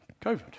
COVID